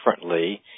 differently